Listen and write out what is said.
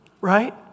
Right